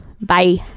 Bye